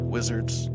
Wizards